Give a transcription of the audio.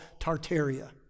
Tartaria